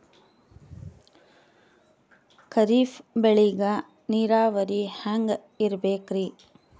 ಖರೀಫ್ ಬೇಳಿಗ ನೀರಾವರಿ ಹ್ಯಾಂಗ್ ಇರ್ಬೇಕರಿ?